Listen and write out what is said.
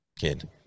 Kid